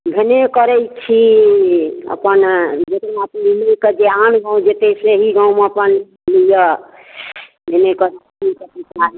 भने करै छी अपन जाय ले ले कऽ जे आन गाँव जेतै से अहि गाँवमे अपन लिऽ